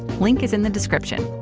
link is in the description.